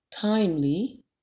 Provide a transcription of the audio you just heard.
timely